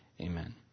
amen